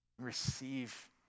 receive